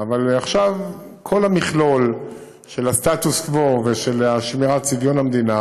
אבל עכשיו כל המכלול של הסטטוס קוו ושל השמירה על צביון המדינה